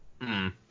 -hmm